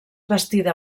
bastida